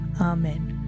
Amen